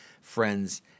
friends